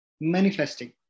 manifesting